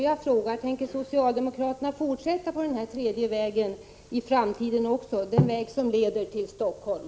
Jag frågar: Tänker socialdemokraterna också i framtiden fortsätta på den tredje vägen, den väg som leder till Helsingfors?